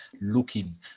looking